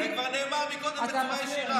זה כבר נאמר קודם בצורה ישירה.